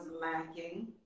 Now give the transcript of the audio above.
lacking